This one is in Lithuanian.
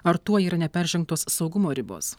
ar tuo yra neperžengtos saugumo ribos